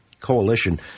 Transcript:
Coalition